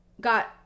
got